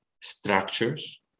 structures